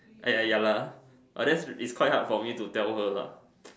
!aiya! ya lah but that's it's quite hard for me to tell her lah